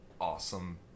awesome